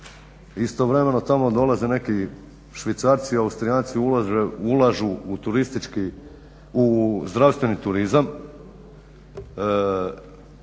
Istovremeno tamo dolaze neki Švicarci, Austrijanci, ulažu u turistički, u zdravstveni turizam.